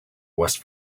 west